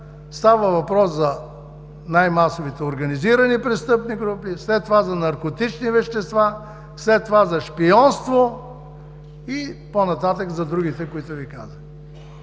става въпрос за най-масовите организирани престъпни групи, след това за наркотични вещества, след това за шпионство и по-нататък за другите, които Ви казвам,